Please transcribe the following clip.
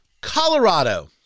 Colorado